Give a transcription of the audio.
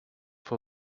for